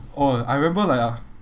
oh I remember like uh